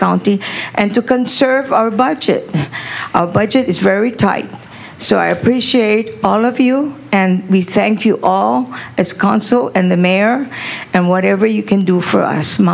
county and to conserve our budget budget is very tight so i appreciate all of you and we thank you all as consul and the mayor and whatever you can do for a small